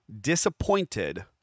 disappointed